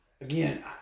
Again